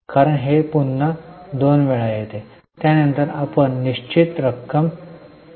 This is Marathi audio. कारण हे पुन्हा दोन वेळा येते त्यानंतर आपण निश्चित रक्कम निश्चित करू